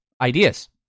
ideas